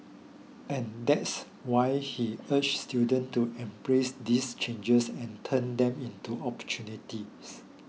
and that's why he urged students to embrace these changes and turn them into opportunities